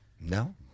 No